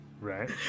Right